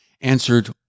answered